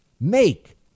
make